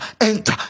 enter